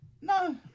No